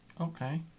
Okay